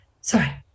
Sorry